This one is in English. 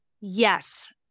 Yes